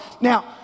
Now